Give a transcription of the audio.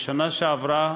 בשנה שעברה